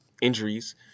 injuries